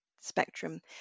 spectrum